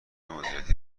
مدیریتی